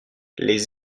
les